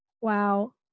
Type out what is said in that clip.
Wow